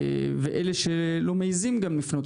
ואלה שלא מעיזים גם לפנות,